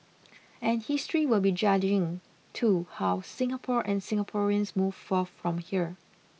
and history will be judging too how Singapore and Singaporeans move forth from here